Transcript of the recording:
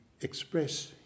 express